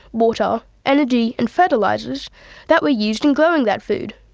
water, energy, and fertilisers that were used in growing that food.